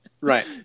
right